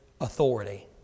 authority